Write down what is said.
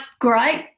Great